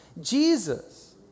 Jesus